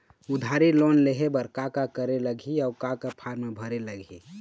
उधारी लोन लेहे बर का का करे लगही अऊ का का फार्म भरे लगही?